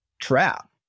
trap